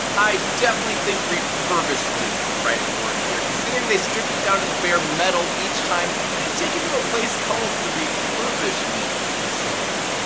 i definitely think refurbished is the right word here considering they stripped it down to the bare metal each time and taken to a place called the refurbishment facility.